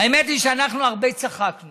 האמת היא שאנחנו צחקנו